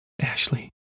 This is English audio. Ashley